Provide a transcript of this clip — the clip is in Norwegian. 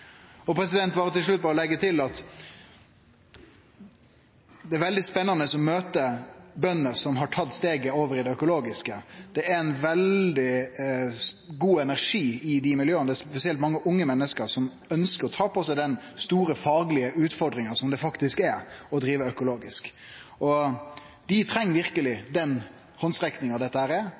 Til slutt vil eg leggje til at det er veldig spennande å møte bønder som har tatt steget over i det økologiske. Det er ein veldig god energi i dei miljøa. Det er spesielt mange unge menneske som ønskjer å ta på seg den store faglege utfordringa som det faktisk er å drive økologisk, og dei treng verkeleg den handsrekkinga dette er. Her er